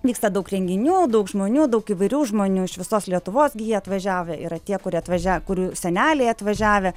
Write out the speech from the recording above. vyksta daug renginių daug žmonių daug įvairių žmonių iš visos lietuvos jie atvažiavę yra tie kurie atvažia kur seneliai atvažiavę